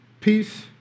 peace